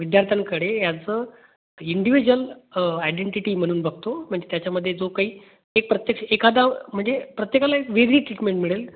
विद्यार्थ्यांकडे as a individual identity म्हणून बघतो म्हणजे त्याच्यामध्ये जो काही एक प्रत्यक्ष एखादा म्हणजे प्रत्येकाला एक वेगळी ट्रीटमेंट मिळेल